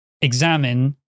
examine